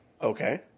Okay